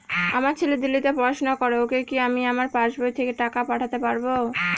আমার ছেলে দিল্লীতে পড়াশোনা করে ওকে কি আমি আমার পাসবই থেকে টাকা পাঠাতে পারব?